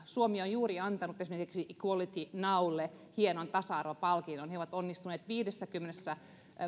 suomi on juuri antanut esimerkiksi equality nowlle hienon tasa arvopalkinnon he ovat onnistuneet viidessäkymmenessä